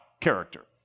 character